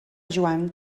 joan